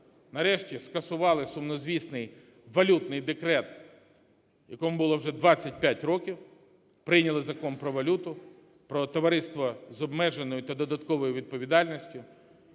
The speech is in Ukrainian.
нарешті скасували сумнозвісний валютний декрет, якому було вже 25 років, прийняли Закон про валюту, про товариства з обмеженою та додатковою відповідальністю.